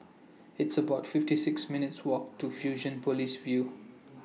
It's about fifty six minutes' Walk to Fusionopolis View